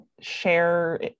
share